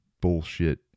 bullshit